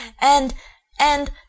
and—and—